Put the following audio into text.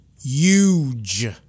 huge